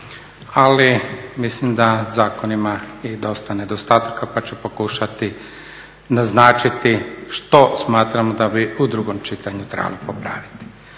ali mislim da zakon ima i dosta nedostataka pa ću pokušati naznačiti što smatramo da bi u drugom čitanju trebalo popraviti.